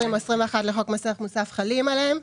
או 21 לחוק מס ערך מוסף חלים עליהן,